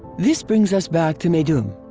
this brings us back to meidum.